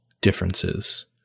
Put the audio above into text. differences